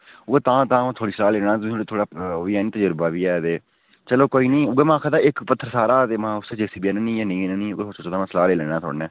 उ'ऐ तां तां में थुआढ़ा सलाह् लैना ना तुसेंगी थोह्ड़ा ओह् बी हैन तजुर्बा बी ऐ ते चलो कोई निं उऐ में आक्खा दा इक पत्थर सारा ते उसी जे सी बी आह्ननी जां नेईं आह्ननी ओह् सलाह् लेई लैन्ना थुआढ़े कन्नै